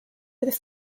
with